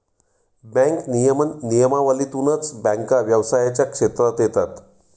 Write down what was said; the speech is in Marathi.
बँक नियमन नियमावलीतूनच बँका व्यवसायाच्या क्षेत्रात येतात